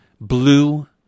blue